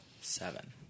seven